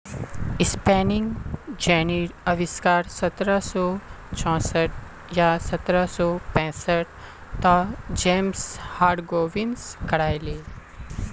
spinning जेनीर अविष्कार सत्रह सौ चौसठ या सत्रह सौ पैंसठ त जेम्स हारग्रीव्स करायले